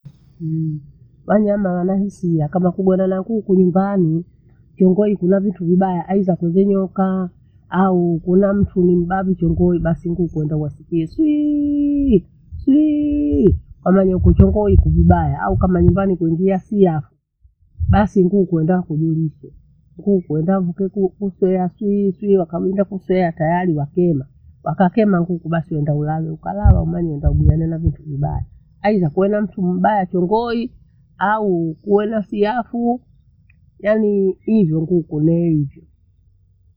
Wanyama wana hisia kama kugora na ghuku nyumbani. Kingoi kuna vitu vibaya aitha kuthi vyokaa au kuna mtu nimbabu chongoi basi ghuku huwenda uwasikie wamanye kuchongoi kujibaya au kama nyumbani kuingia siafu, basi nguku huenda wakujulishe. Kuku huenda nkuku kutea shweshe wakaghunda kusea tayari wakena wakema nguku basi wenda ulale ukalala wamanye unda biana na vitu vibaya. Aitha kuwe na mtu mbaya choghoi au kuwe na siafu yaani hivo nguku neenjio.